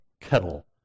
kettle